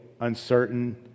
uncertain